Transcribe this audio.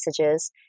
messages